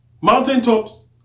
mountaintops